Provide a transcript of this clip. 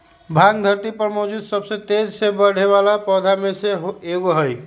भांग धरती पर मौजूद सबसे तेजी से बढ़ेवाला पौधा में से एगो हई